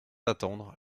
attendre